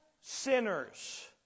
sinners